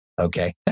Okay